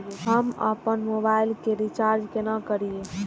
हम आपन मोबाइल के रिचार्ज केना करिए?